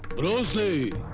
bruce lee